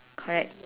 correct